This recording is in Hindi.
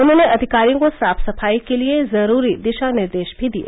उन्होंने अधिकारियों को साफ सफाई के लिये जरूरी दिशा निर्देश भी दिये